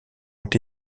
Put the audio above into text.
ont